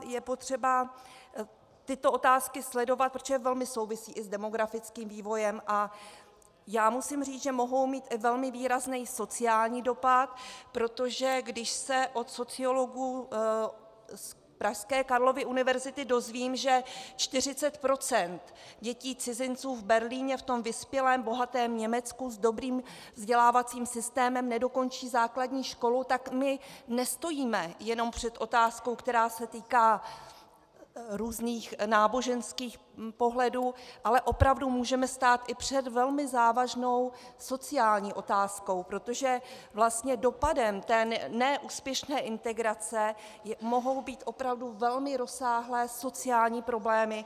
Je potřeba tyto otázky sledovat, protože velmi souvisí i s demografickým vývojem, a musím říci, že mohou mít i velmi výrazný sociální dopad, protože když se od sociologů z pražské Karlovy univerzity dozvím, že 40 % dětí cizinců v Berlíně, v tom vyspělém bohatém Německu s dobrým vzdělávacím systémem, nedokončí základní školu, tak my nestojíme jenom před otázkou, která se týká různých náboženských pohledů, ale opravdu můžeme stát i před velmi závažnou sociální otázkou, protože vlastně dopadem té ne úspěšné integrace mohou být opravdu velmi rozsáhlé sociální problémy.